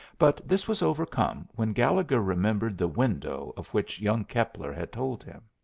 but this was overcome when gallegher remembered the window of which young keppler had told him.